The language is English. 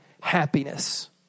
happiness